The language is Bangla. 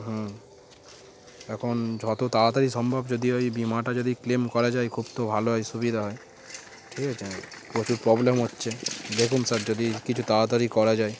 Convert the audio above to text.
হুম এখন যত তাড়াতাড়ি সম্ভব যদি ওই বিমাটা যদি ক্লেম করা যায় খুব তো ভালো হয় সুবিধা হয় ঠিক আছে প্রচুর প্রবলেম হচ্ছে দেখুন স্যার যদি কিছু তাড়াতাড়ি করা যায়